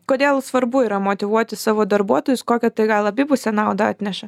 kodėl svarbu yra motyvuoti savo darbuotojus kokią tai gal abipusę naudą atneša